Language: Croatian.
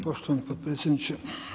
Poštovani potpredsjedniče.